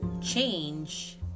change